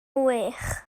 wych